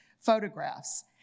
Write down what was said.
photographs